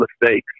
mistakes